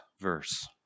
verse